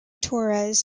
torres